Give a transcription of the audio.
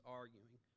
arguing